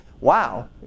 wow